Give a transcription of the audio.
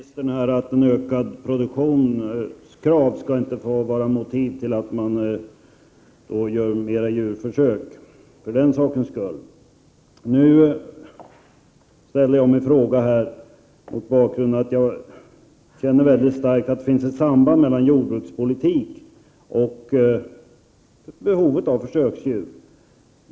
Herr talman! Det var bra att höra från jordbruksministern att krav på ökad produktion inte skall få motivera fler djurförsök. Jag ställde min fråga mot bakgrund av att jag känner starkt att det finns ett samband mellan jordbrukspolitik och behovet av försöksdjur.